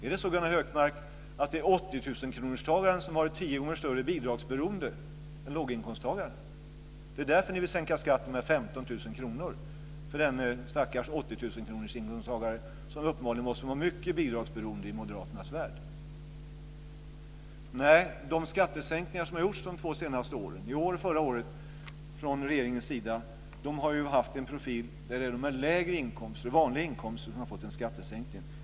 Är det så, Gunnar Hökmark, att den som tjänar 80 000 kr har tio gånger större bidragsberoende än låginkomsttagaren? Är det därför ni vill sänka skatten med 15 000 kr för den stackars inkomsttagare som tjänar 80 000 kr och som uppenbarligen måste vara mycket bidragsberoende i Moderaternas värld? Nej, de skattesänkningar som har gjorts från regeringens sida de två senaste åren, i år och förra året, har ju haft en profil där det är de med lägre inkomster och vanliga inkomster som har fått en skattesänkning.